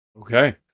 Okay